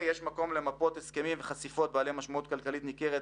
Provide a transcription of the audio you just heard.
יש למפות הסכמים וחשיפות בעלי משמעות כלכלית ניכרת,